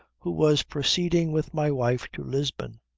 who was proceeding with my wife to lisbon.